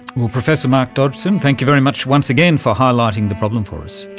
well, professor mark dodgson, thank you very much once again for highlighting the problem for us.